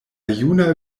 juna